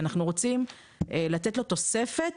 כי אנחנו רוצים לתת לו תוספת,